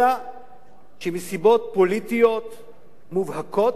אלא שמסיבות פוליטיות מובהקות,